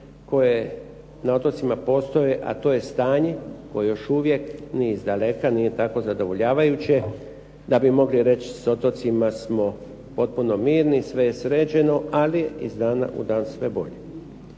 koji na otocima postoje, a to je stanje koje još uvijek ni izdaleka nije tako zadovoljavajuće da bi mogli reći s otocima smo potpuno mirni, sve je sređeno, ali je iz dana u dan sve bolje.